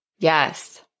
Yes